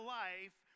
life